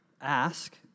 ask